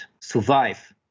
survive